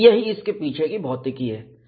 यही इसके पीछे की भौतिकी है